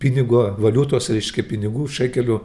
pinigo valiutos reiškia pinigų šekelių